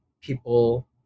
people